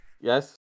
Yes